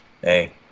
hey